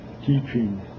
teaching